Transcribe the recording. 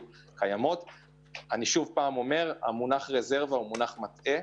אני חוזר, המונח "רזרבה" הוא מונח מטעה